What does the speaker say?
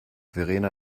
verena